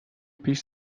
پیش